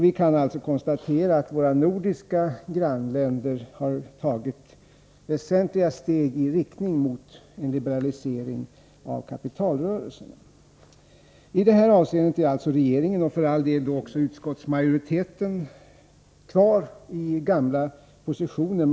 Vi kan alltså konstatera att våra nordiska grannar har tagit väsentliga steg i riktning mot en liberalisering av kapitalrörelserna. I det här avseendet är alltså regeringen, och för all del också utskottsmajoriteten, kvar i gamla positioner.